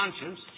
conscience